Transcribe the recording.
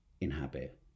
inhabit